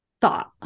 thought